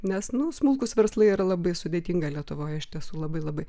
nes nu smulkūs verslai yra labai sudėtinga lietuvoje iš tiesų labai labai